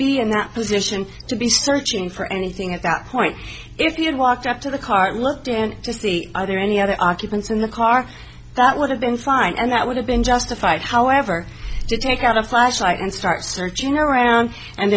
be in that position to be searching for anything at that point if you had walked up to the car looked and just the other any other occupants in the car that would have been fine and that would have been justified however to take out a flashlight and start searching around and